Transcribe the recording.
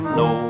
no